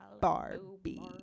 Barbie